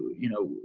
you know,